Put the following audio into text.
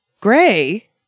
gray